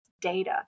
data